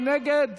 מי נגד?